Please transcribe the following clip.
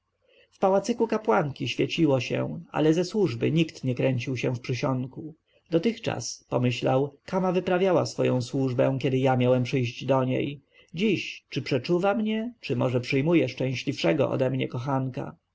w pałacyku kapłanki świeciło się ale ze służby nikt nie kręcił się w przysionku dotychczas pomyślał kama wyprawiała swoją służbę kiedy ja miałem przyjść do niej dziś czy przeczuwa mnie czy może przyjmuje szczęśliwszego ode mnie kochanka